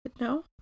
No